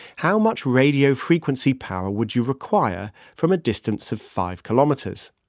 how much radio frequency power would you require from a distance of five kilometers?